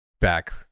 back